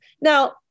Now